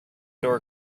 door